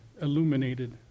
illuminated